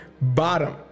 bottom